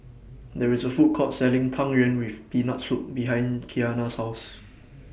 There IS A Food Court Selling Tang Yuen with Peanut Soup behind Qiana's House